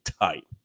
tight